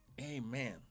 amen